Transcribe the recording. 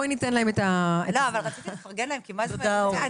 אני מפרגנת.